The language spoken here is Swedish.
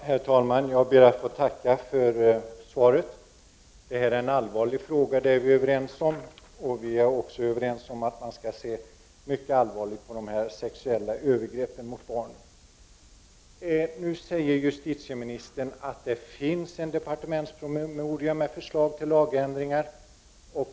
Herr talman! Jag ber att få tacka för svaret. Vi är överens om att det här gäller en allvarlig fråga och om att man skall se mycket allvarligt på övergrepp mot barn. Nu säger justitieministern att det finns en departementspromemoria med förslag till lagändringar.